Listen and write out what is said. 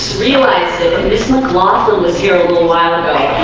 realize it and this mclaughlin was here a little while ago.